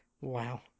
Wow